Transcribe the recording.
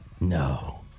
No